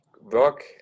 work